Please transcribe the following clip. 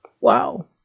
Wow